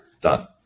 Done